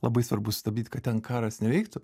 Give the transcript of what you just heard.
labai svarbu sustabdyt kad ten karas neveiktų